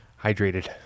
Hydrated